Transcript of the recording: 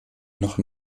noch